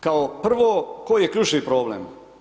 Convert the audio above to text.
Kao prvo, koji je ključni problem?